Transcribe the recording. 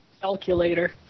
calculator